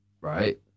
right